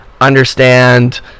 understand